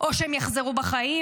או שהם יחזרו בחיים.